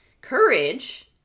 Courage